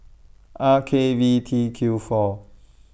R K V T Q four